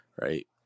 Right